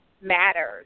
matters